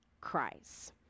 cries